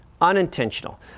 unintentional